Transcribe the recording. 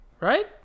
right